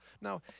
Now